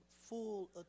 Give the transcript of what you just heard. full